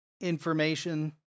information